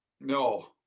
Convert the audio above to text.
No